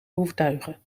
overtuigen